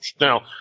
Now